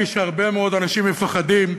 כפי שהרבה מאוד אנשים מפחדים.